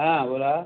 हां बोला